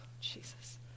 Jesus